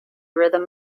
rhythm